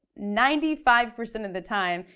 ninety five percent of the time,